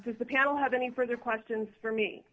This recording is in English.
s the panel have any further questions for me